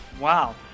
Wow